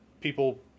people